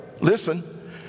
listen